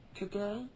today